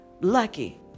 lucky